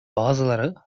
bazıları